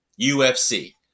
UFC